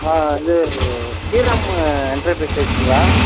ஆ இது ஸ்ரீராமு எண்டர்பிரைசஸுங்களா